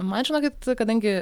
man žinokit kadangi